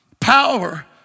power